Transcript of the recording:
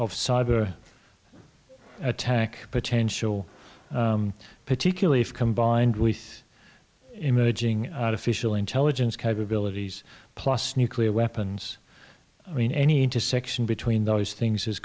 of cyber attack potential particularly if combined with emerging out of official intelligence capabilities plus nuclear weapons i mean any intersection between those things